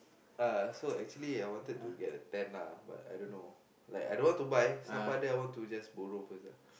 uh so actually I wanted to get a tent ah but I don't know like I don't know what to buy so siapa ada I just wanted to borrow first ah